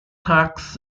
tax